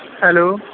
hello